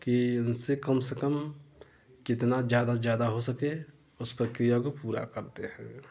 कि उनसे कम से कम कितना ज़्यादा से ज़्यादा हो सके उस प्रक्रिया पूरा करते हैं